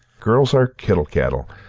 girls are kittle cattle,